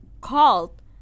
called